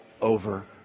over